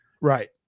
Right